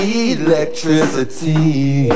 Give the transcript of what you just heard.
electricity